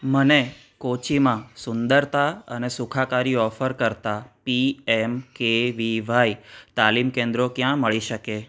મને કોચીમાં સુંદરતા અને સુખાકારી ઓફર કરતાં પીએમકેવીવાય તાલીમ કેન્દ્રો ક્યાં મળી શકે